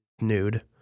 nude